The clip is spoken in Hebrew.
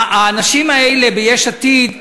האנשים האלה, ביש עתיד,